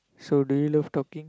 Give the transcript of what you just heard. so do you love talking